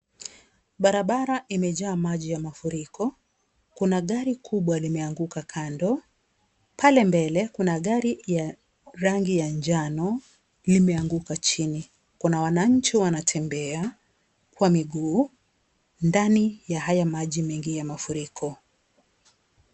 Barabara imejaa maji ya mafuriko, kuna gari kubwa limeanguka kando. Pale mbele kuna gari ya rangi ya njano limeanguka chini, kuna wananchi wanatembea kwa miguu ndani ya haya maji mengi ya mafuriko.